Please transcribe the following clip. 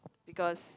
because